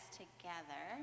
together